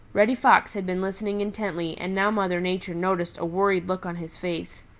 reddy fox had been listening intently and now mother nature noticed worried look on his face.